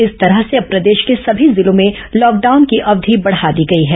इस तरह से अब प्रदेश के समी जिलों में लॉकडाउन की अवधि बढ़ा दी गई है